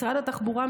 משרד התחבורה,